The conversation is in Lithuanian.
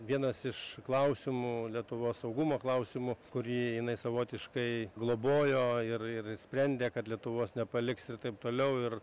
vienas iš klausimų lietuvos saugumo klausimų kurį jinai savotiškai globojo ir ir sprendė kad lietuvos nepaliks ir taip toliau ir